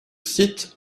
site